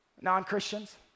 Non-Christians